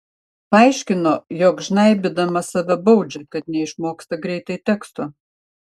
paaiškino jog žnaibydama save baudžia kad neišmoksta greitai teksto